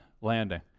landing